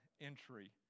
entry